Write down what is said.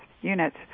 units